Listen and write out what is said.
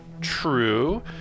True